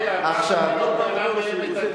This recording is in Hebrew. וכאשר אברהם אבינו הגיע לחברון,